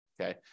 okay